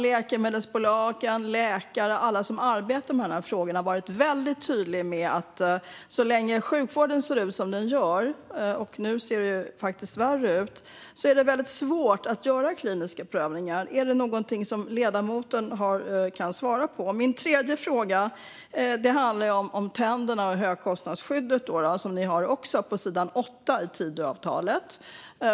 Läkemedelsbolagen, läkare och alla som arbetar med frågorna har varit väldigt tydliga med att så länge sjukvården ser ut som den gör - och nu ser det faktiskt värre ut - är det svårt att göra kliniska prövningar. Är det någonting som ledamoten kan svara på? Det tredje jag vill fråga om handlar om tänderna och högkostnadsskyddet, som det står om på sidan 8 i Tidöavtalet.